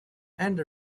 and